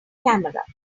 camera